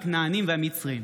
הכנענים והמצרים.